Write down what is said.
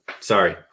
Sorry